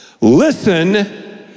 Listen